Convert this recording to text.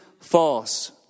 false